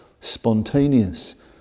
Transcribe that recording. spontaneous